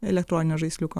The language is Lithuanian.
elektroninio žaisliuko